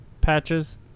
patches